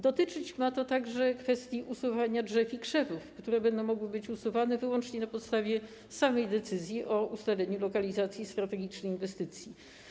Dotyczyć ma to także kwestii usuwania drzew i krzewów, które będą mogły być usuwane wyłącznie na podstawie samej decyzji o ustaleniu lokalizacji strategicznej inwestycji.